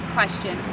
question